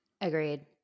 Agreed